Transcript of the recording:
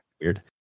weird